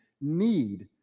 need